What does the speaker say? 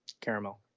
Caramel